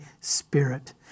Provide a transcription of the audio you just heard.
Spirit